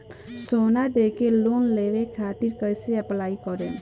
सोना देके लोन लेवे खातिर कैसे अप्लाई करम?